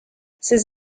ses